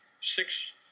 six